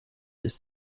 ist